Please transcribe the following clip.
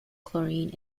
chlorine